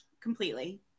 completely